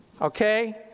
Okay